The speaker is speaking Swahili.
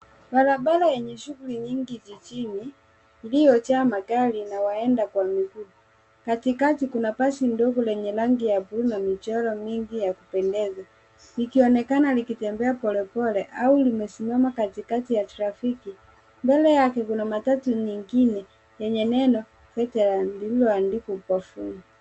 Barabara yenye shughuli nyingi jijini iliyojaa magari na kuenda kwa miguu katikati kuna basi ndogo lenye rangi ya bluu na michoro mingi ya kupendeza likionekana likitembea pole pole au limesimama katikati ya trafiki. Mbele yake kuna matatu nyingine yenye neno Veteran lililoandikwa ubavuni.